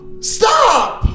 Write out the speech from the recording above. Stop